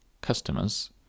customers